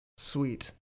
sweet